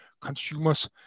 consumers